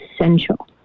essential